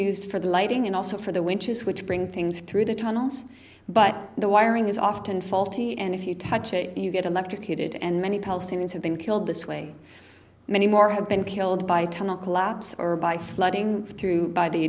used for the lighting and also for the winches which bring things through the tunnels but the wiring is often faulty and if you touch it you get electrocuted and many palestinians have been killed this way many more have been killed by tunnel collapse or by flooding through by the